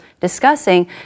discussing